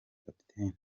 kapiteni